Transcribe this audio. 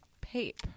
Pape